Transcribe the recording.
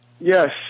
yes